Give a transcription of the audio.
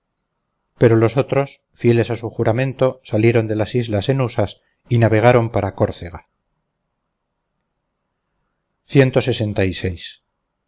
pero los otros fieles a su juramento salieron de las islas enusas y navegaron para córcega